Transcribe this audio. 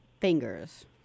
Fingers